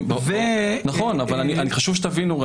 נכון, אבל חשוב שתבינו.